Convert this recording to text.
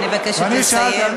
אני מבקשת לסיים.